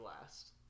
last